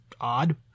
odd